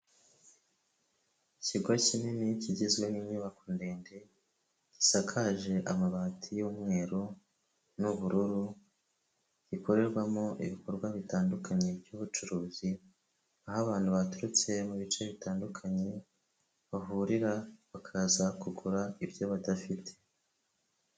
Ikigo kinini kigizwe n'inyubako ndende gisakaje amabati y'umweru n'ubururu, gikorerwamo ibikorwa bitandukanye by'ubucuruzi aho abantu baturutse mu bice bitandukanye bahurira bakaza kugura ibyo badafite.